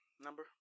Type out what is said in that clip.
number